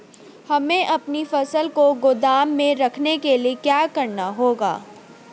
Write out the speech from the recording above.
हमें अपनी फसल को गोदाम में रखने के लिये क्या करना होगा?